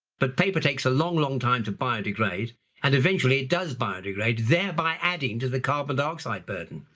but paper takes a long, long, time to biodegrade and eventually it does biodegrade thereby adding to the carbon dioxide burden.